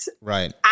Right